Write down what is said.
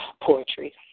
poetry